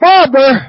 Father